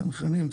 צנחנים.